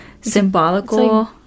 symbolical